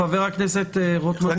חבר הכנסת רוטמן, תודה על קריאת הביניים.